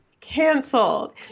canceled